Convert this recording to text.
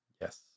Yes